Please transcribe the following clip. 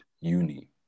uni